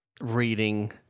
reading